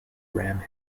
ram